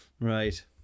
Right